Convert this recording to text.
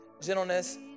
gentleness